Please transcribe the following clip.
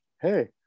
hey